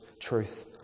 truth